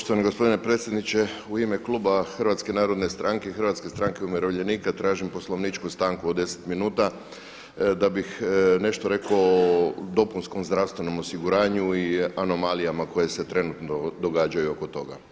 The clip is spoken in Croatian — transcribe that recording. Poštovani gospodine predsjedniče u ime kluba Hrvatske narodne stranke i Hrvatske stranke umirovljenika tražim poslovničku stanku od 10 minuta da bih nešto rekao o dopunskom zdravstvenom osiguranju i anomalijama koje se trenutno događaju oko toga.